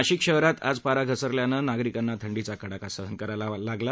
नाशिक शहरात आज पारा घसरल्यानं नागरिकांना थंडीचा कडाका सहन करावा लागला